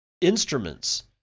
instruments